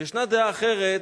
וישנה דעה אחרת,